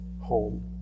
home